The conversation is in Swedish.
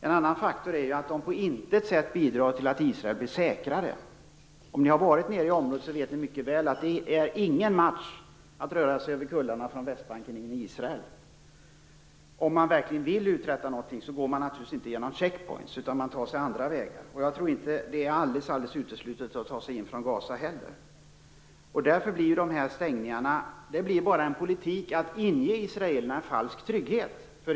En annan faktor är att avstängningarna på intet sätt bidrar till att Israel blir säkrare. Om ni har varit i området vet ni mycket väl att det är ingen match att röra sig över kullarna från Västbanken in i Israel. Om man verkligen vill uträtta någonting går man naturligtvis inte genom checkpointerna utan man tar sig in andra vägar. Jag tror inte heller att det är alldeles uteslutet att ta sig in från Gaza. Därför innebär dessa stängningar bara en politik som inger israelerna en falsk trygghet.